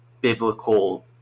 biblical